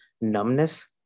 numbness